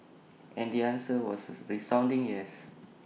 and the answer was A resounding yes